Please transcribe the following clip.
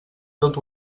tot